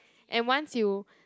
and once you